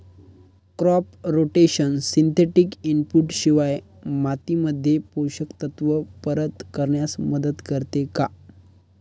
Crop rotation synthetic input शिवाय मातीमध्ये पोषक तत्त्व परत करण्यास मदत करते का?